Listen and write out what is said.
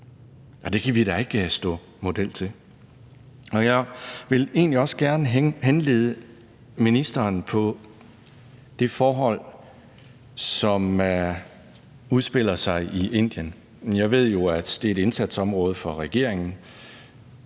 Det kan vi da ikke stå model til. Jeg vil egentlig også gerne henlede ministerens opmærksomhed på det forhold, som udspiller sig i Indien. Jeg ved jo, at det er et indsatsområde for regeringen